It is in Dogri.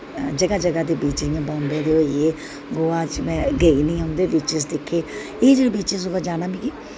जगह जगह दे बीचीस जि'यां बम्बे दे होई गे गोवा च में गेई निं उं'दे बीचीस दिक्खे एह् जेह् बीचीस उप्पर जाना मिगी